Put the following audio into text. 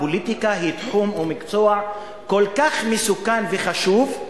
הפוליטיקה היא תחום או מקצוע כל כך מסוכן וחשוב,